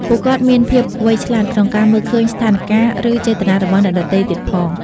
ពួកគាត់មានភាពវៃឆ្លាតក្នុងការមើលឃើញស្ថានការណ៍ ឬចេតនារបស់អ្នកដទៃទៀតផង។